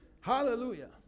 Hallelujah